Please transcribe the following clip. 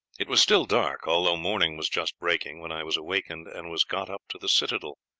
it was still dark, although morning was just breaking, when i was awakened, and was got up to the citadel.